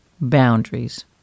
boundaries